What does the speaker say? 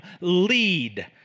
lead